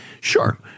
sure